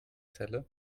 celle